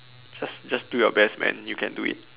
just just do your best man you can do it